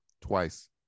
twice